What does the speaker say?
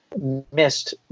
missed